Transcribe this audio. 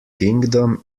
kingdom